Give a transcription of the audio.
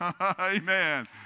Amen